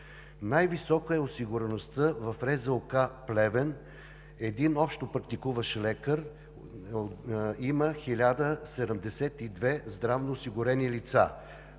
Най-висока е осигуреността в РЗОК – Плевен, един общопрактикуващ лекар има 1072 здравноосигурени лица.